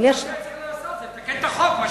אז היה צריך לתקן את החוק.